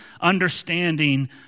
understanding